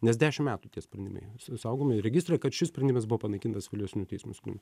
nes dešimt metų tie sprendimai s saugomi registre kad šis sprendimas buvo panaikintas vėlesniu teismo spren